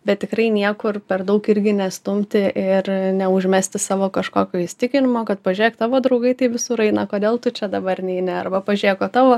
bet tikrai niekur per daug irgi nestumti ir neužmesti savo kažkokio įsitikinimo kad pažiūrėk tavo draugai tai visur eina kodėl tu čia dabar neini arba pažiūrėk o tavo